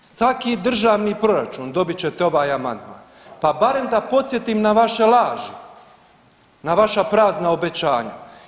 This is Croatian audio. Svaki državni proračun dobit ćete ovaj amandman pa barem da podsjetim na vaše laži, na vaša prazna obećanja.